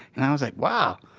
and i was like, wow.